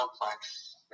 complex